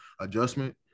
adjustment